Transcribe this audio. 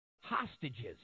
hostages